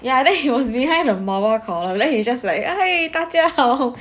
ya then he was behind a mobile column then you just like 嗨大家好